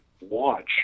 watch